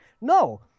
No